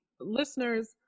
listeners